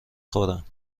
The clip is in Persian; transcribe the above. خورم